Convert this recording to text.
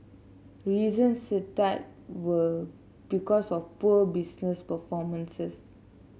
reasons were because of poor business performances